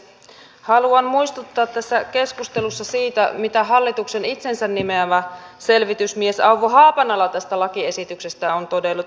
haluan muistuttaa tässä keskustelussa siitä mitä hallituksen itsensä nimeämä selvitysmies auvo haapanala tästä lakiesityksestä on todennut